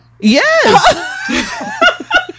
yes